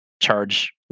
charge